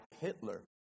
Hitler